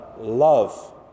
love